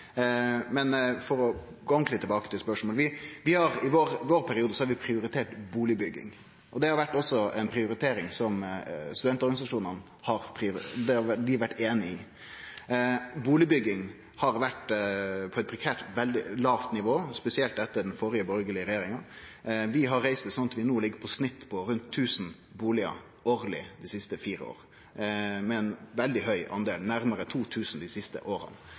Men for å gå ordentleg tilbake til spørsmålet: Vi har prioritert bustadbygging i vår periode. Det har vore ei prioritering som også studentorganisasjonane har vore einige i. Bustadbygginga har vore på eit prekært lågt nivå – spesielt etter den førre borgarlege regjeringa. Vi har reist det, sånn at vi dei siste fire åra i snitt ligg på rundt 1 000 bustader årleg, med ein veldig høg del – nærare 2 000 – dei siste åra. Det arbeidet må fortsetje, det er veldig viktig. Så klarte vi, og det har vore ein